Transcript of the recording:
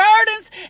burdens